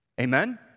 Amen